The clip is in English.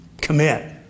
commit